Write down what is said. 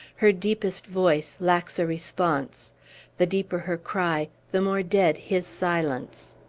her deepest voice lacks a response the deeper her cry, the more dead his silence.